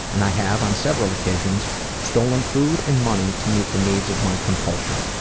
and i have on several occasions stolen food and money to meet the needs of my compulsion.